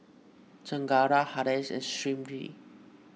Chengara Haresh and Smriti